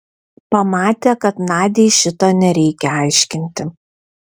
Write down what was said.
pamatė kad nadiai šito nereikia aiškinti